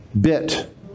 bit